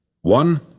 One